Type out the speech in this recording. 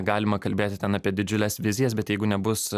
galima kalbėti ten apie didžiules vizijas bet jeigu nebus